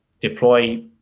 deploy